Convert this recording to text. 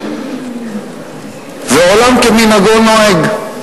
ועולם כמנהגו נוהג.